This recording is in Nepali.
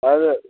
हजुर